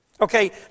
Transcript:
Okay